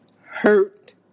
hurt